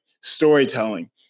storytelling